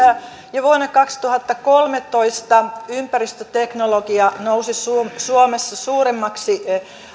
jo vuonna kaksituhattakolmetoista ympäristöteknologia nousi suomessa suuremmaksi